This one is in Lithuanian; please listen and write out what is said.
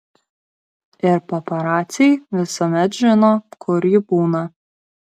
ir paparaciai visuomet žino kur ji būna